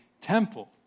temple